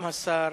גם השר